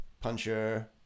Puncher